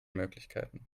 möglichkeiten